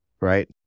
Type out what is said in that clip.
right